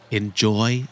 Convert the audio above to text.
enjoy